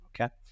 Okay